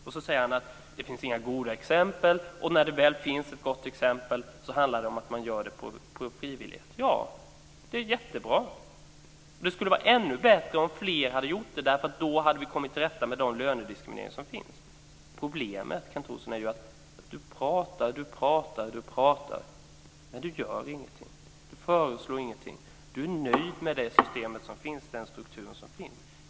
Sedan säger han att det inte finns några goda exempel, och när det väl finns ett gott exempel så handlar det om att man gör det frivilligt. Ja, det är jättebra. Men det skulle vara ännu bättre om fler hade gjort det, eftersom vi då hade kommit till rätta med den lönediskriminering som finns. Problemet är ju att Kent Olsson pratar och pratar men inte gör något och inte föreslår något. Han är nöjd med det system och den struktur som finns.